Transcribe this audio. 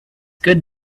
good